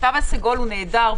הוא נהדר,